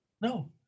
No